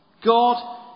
God